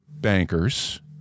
bankers